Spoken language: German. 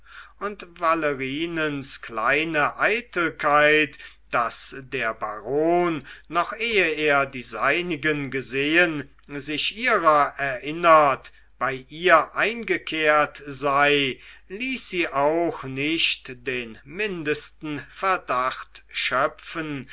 valerinens kleine eitelkeit daß der baron noch ehe er die seinigen gesehen sich ihrer erinnert bei ihr eingekehrt sei ließ sie auch nicht den mindesten verdacht schöpfen